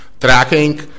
tracking